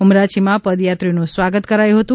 ઉમરાછીમાં પદયાત્રીઓનું સ્વાગત કરાયું હતું